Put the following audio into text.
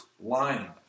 lying